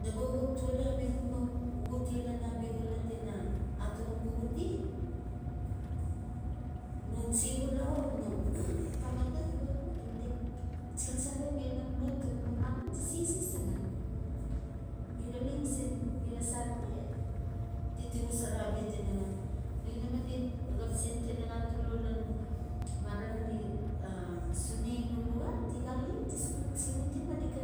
Nawe u xap tuali abia num no xuxute lan abia xolot ina aturung xuxute no chi xulau no tamat di se eses taman. Bia xa leng sin biaxa sarere di ti xosora abia tinaxa, no inemen oli xap sin tinaxa tulo lan mareng ngali o sunei no luxal di xele di suk la chili di ma di ga